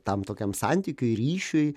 tam tokiam santykiui ryšiui